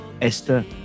Esther